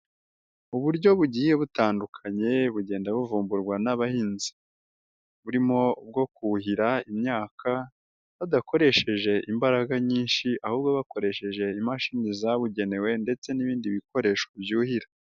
Uburyo bugiye butandukanye bugenda buvumburwa n'abahinzi, burimo bwo kuhira imyaka badakoresheje imbaraga nyinshi ahubwo bakoresheje imashini zabugenewe ndetse n'ibindi bikoresho byuhira.